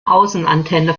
außenantenne